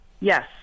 Yes